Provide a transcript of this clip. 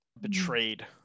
betrayed